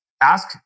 ask